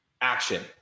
action